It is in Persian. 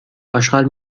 اشغال